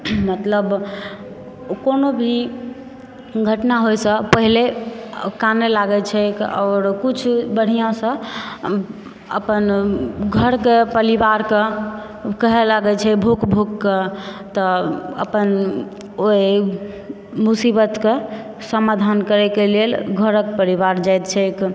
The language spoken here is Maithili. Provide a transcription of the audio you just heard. मतलब ओ कोनो भी घटना होइ सऽ पहिले कानय लागै छैक आओर कुछ बढ़िऑं सऽ अपन घर के परिवार के कहय लागै छै भूकि भूकि कऽ तऽ अपन ओहि मुसीबत के समाधान करय के लेल घरक परिवार जाइत छैक